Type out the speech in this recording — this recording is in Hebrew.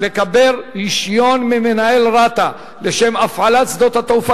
לקבל רשיון ממנהל רת"א לשם הפעלת שדות התעופה